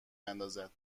اندازد